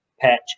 patch